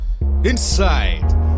Inside